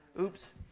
Oops